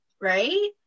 right